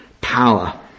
power